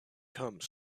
come